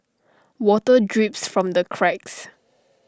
water drips from the cracks